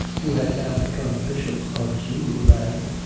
who had now become bishop of zululand,